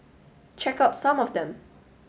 check out some of them